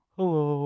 Hello